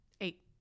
Eight